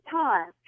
time